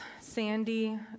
Sandy